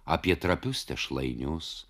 apie trapius tešlainius